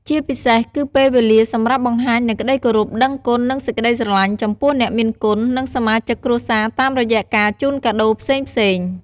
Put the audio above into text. ជាពិសេសគឺពេលវេលាសម្រាប់បង្ហាញនូវក្តីគោរព ដឹងគុណ និងសេចក្តីស្រឡាញ់ចំពោះអ្នកមានគុណ និងសមាជិកគ្រួសារតាមរយៈការជូនកាដូរផ្សេងៗ។